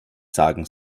sagen